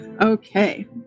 Okay